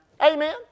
Amen